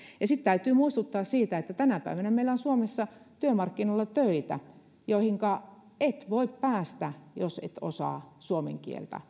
sitten täytyy muistuttaa että tänä päivänä meillä on suomessa työmarkkinoilla töitä joihinka et voi päästä jos et osaa suomen kieltä